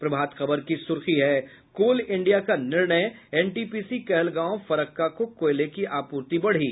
प्रभात खबर की सुर्खी है कोल इंडिया का निर्णय एनटीपीसी कहलगांव फरक्का को कोयले की आपूर्ति बढ़ी